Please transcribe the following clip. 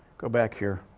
go back here.